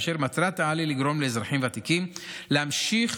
ומטרת-העל היא לגרום לאזרחים ותיקים להמשיך